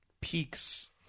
peaks